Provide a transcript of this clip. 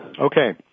Okay